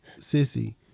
sissy